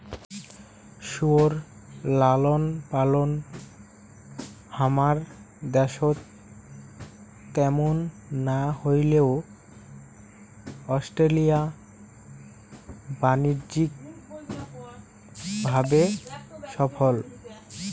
শুয়োর লালনপালন হামার দ্যাশত ত্যামুন না হইলেও অস্ট্রেলিয়া বাণিজ্যিক ভাবে সফল